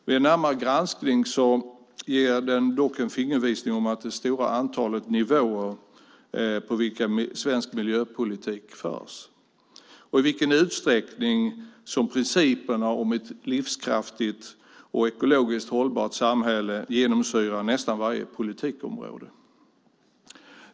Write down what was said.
Vid en närmare granskning ger den dock en fingervisning om det stora antalet nivåer på vilka svensk miljöpolitik förs och i vilken utsträckning principerna om ett livskraftigt och ekologiskt hållbart samhälle genomsyrar nästan varje politikområde.